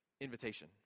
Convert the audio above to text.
invitation